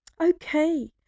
Okay